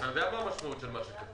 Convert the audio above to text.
אתה יודע מה המשמעות של מה שכתוב,